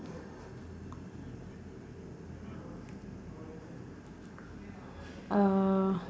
uh